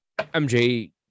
mj